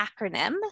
acronym